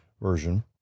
version